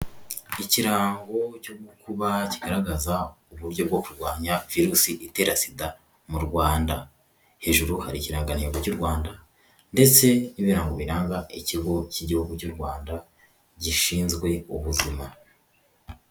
Ikirango cyo gukuba, kigaragaza uburyo bwo kurwanya virusi itera SIDA, mu Rwanda. Hejuru hari ikirangantego cy'u Rwanda, ndetse n'ibirago biranga ikigo cy'igihugu cy'u Rwanda, gishinzwe ubuzima.